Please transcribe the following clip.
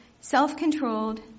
self-controlled